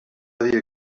dia